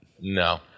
No